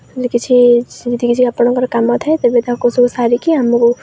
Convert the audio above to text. ଯଦି କିଛି ସେମିତି କିଛି ଆପଣଙ୍କର କାମ ଥାଏ ତେବେ ତାକୁ ସବୁ ସାରିକି ଆମକୁ